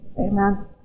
Amen